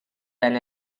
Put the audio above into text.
than